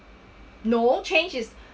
no change is